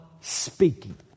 speaking